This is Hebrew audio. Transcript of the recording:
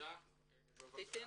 תתן